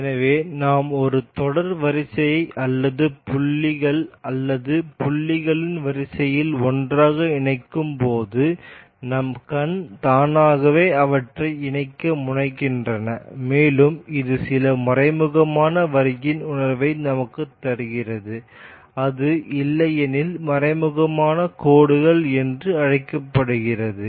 எனவே நாம் ஒரு தொடர் வரிசை அல்லது புள்ளிகள் அல்லது புள்ளிகளின் வரிசையை ஒன்றாக இணைக்கும்போது நம் கண் தானாகவே அவற்றை இணைக்க முனைகின்றன மேலும் இது சில மறைமுகமான வரியின் உணர்வை நமக்குத் தருகிறது அது இல்லையெனில் மறைமுகமான கோடுகள் என்று அழைக்கப்படுகிறது